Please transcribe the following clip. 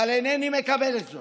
אינני מקבל את זה